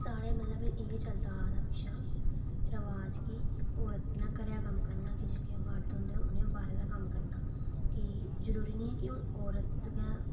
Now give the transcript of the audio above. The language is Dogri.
साढ़े मतलब इ'यै चलदा आवा दा पिच्छुआं रवाज़ कि औरत नै घरा दा कम्म करना ते मर्द नै बाहरै दा कम्म करना कि जरूरी निं ऐ कि औरत गै